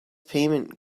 payment